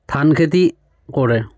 ধান খেতি কৰে